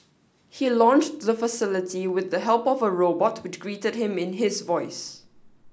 he launched the facility with the help of a robot which greeted him in his voice